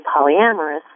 polyamorous